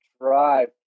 drive